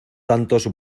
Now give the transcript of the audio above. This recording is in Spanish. tantos